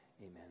Amen